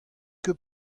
ket